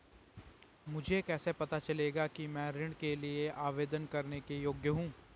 मुझे कैसे पता चलेगा कि मैं ऋण के लिए आवेदन करने के योग्य हूँ?